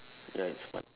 ya it's fun